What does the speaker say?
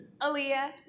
Aaliyah